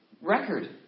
record